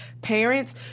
parents